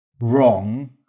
wrong